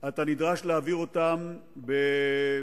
אתה נדרש להעביר אותם באוטובוסים